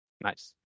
nice